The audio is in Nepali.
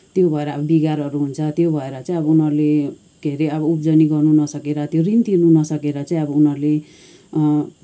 त्यो भएर अब बिगारहरू हुन्छ त्यो भएर चाहिँ अब उनीहरूले के अरे अब उब्जनी गर्नु नसकेर त्यो ऋण तिर्नु नसकेर चाहिँ अब उनीहरूले